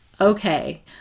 Okay